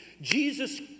Jesus